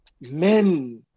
men